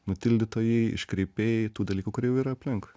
nutildytojai iškreipėjai tų dalykų kurie jau yra aplinkui